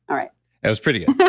all right that was pretty good